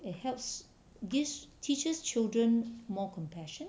it helps gives teaches children more compassion